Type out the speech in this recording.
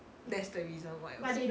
that's the reason why I'll say